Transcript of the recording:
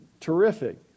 terrific